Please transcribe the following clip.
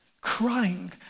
crying